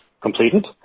completed